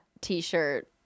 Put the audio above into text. t-shirt